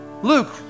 Luke